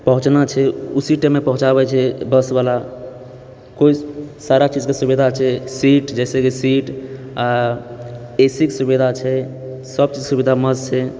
पहुँचना छै उसी टाइममे पहुँचाबै छै बसवाला कोइ सारा चीजके सुविधा छै सीट जैसे कि सीट आ एसीके सुविधा छै सब चीजके सुविधा मस्त छै